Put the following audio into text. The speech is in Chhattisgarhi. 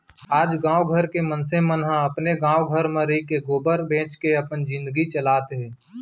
आज गॉँव के मनसे मन ह अपने गॉव घर म रइके गोबर बेंच के अपन जिनगी चलात हें